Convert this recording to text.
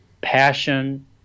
passion